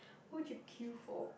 who would you queue for